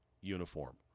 uniform